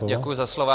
Děkuji za slovo.